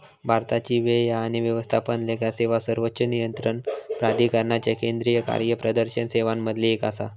भारताची व्यय आणि व्यवस्थापन लेखा सेवा सर्वोच्च नियंत्रण प्राधिकरणाच्या केंद्रीय कार्यप्रदर्शन सेवांमधली एक आसा